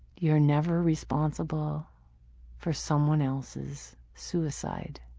you're never responsible for someone else's suicide.